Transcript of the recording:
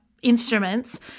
Instruments